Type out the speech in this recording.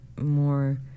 more